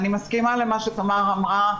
אני מסכימה למה שתמר אמרה,